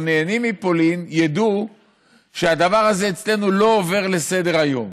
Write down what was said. נהנים מפולין ידעו שהדבר הזה אצלנו לא עובר לסדר-היום.